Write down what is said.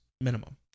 minimum